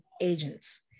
agents